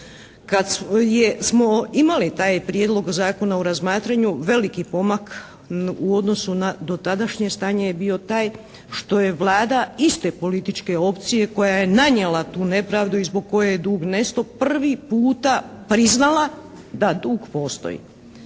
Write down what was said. Kad smo imali taj Prijedlog zakona u razmatranju veliki pomak u odnosu na dotadašnje stanje je bio taj što je Vlada iste političke opcije, koja je nanijela tu nepravdu i zbog koje je dug nesto prvi puta priznala da dug postoji.